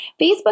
Facebook